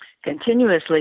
continuously